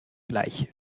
gleich